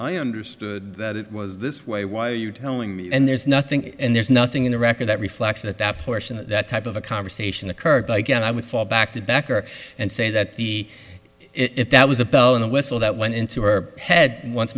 i understood that it was this way why are you telling me and there's nothing and there's nothing in the record that reflects that that portion of that type of a conversation occurred but i guess i would fall back to back up and say that the if that was a bell and whistle that went into her head an